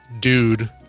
dude